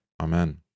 Amen